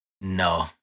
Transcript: No